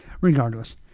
Regardless